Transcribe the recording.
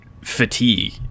fatigue